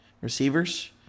receivers